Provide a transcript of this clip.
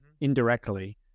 indirectly